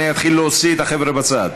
אני אתחיל להוציא את החבר'ה בצד.